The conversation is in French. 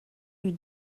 lui